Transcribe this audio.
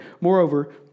Moreover